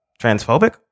transphobic